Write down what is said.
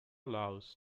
loves